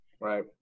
right